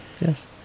Yes